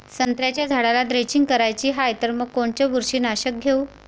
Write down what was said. संत्र्याच्या झाडाला द्रेंचींग करायची हाये तर मग कोनच बुरशीनाशक घेऊ?